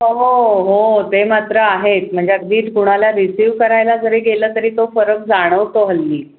हो हो ते मात्र आहेच म्हणजे अगदीच कुणाला रिसिव करायला जरी गेलं तरी तो फरक जाणवतो हल्ली